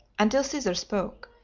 until caesar spoke,